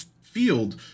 field